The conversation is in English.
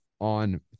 on